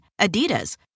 Adidas